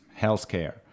healthcare